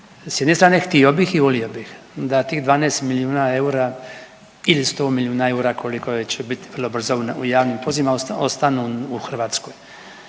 s jedne strane htio bih i volio bih da tih 12 milijuna eura ili 100 milijuna eura koliko će bit vrlo brzo u javnim pozivima ostanu u Hrvatskoj.